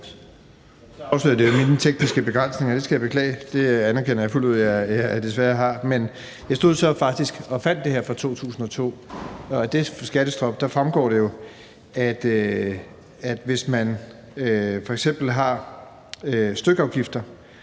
jeg stod så faktisk og fandt noget her fra 2002, og af det skattestop fremgår det jo, at hvis man f.eks. har stykafgifter